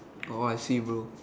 oh I see bro